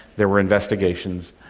there were investigations.